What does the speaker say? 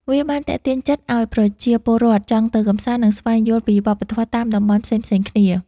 វាបានទាក់ទាញចិត្តឱ្យប្រជាពលរដ្ឋចង់ទៅកម្សាន្ត និងស្វែងយល់ពីវប្បធម៌តាមតំបន់ផ្សេងៗគ្នា។